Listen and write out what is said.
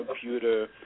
computer